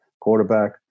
quarterback